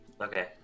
okay